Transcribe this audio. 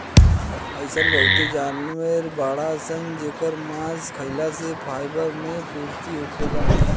अइसन बहुते जानवर बाड़सन जेकर मांस खाइला से फाइबर मे पूर्ति होखेला